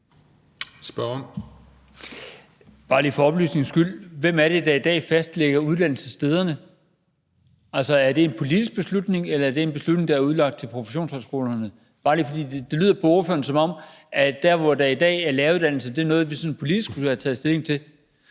Hvem er det, der i dag fastlægger uddannelsesstederne? Altså, er det en politisk beslutning, eller er det en beslutning, der er udlagt til professionshøjskolerne? For det lyder på ordføreren, som om det, med hensyn til hvor der i dag er læreruddannelser, er noget, som vi sådan politisk skulle have taget stilling til.